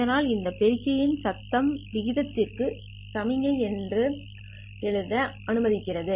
இதனால் இந்த பெருக்கி சத்தம் விகிதத்திற்கு சமிக்ஞை என்ன என்பதை எழுத அனுமதிக்கிறது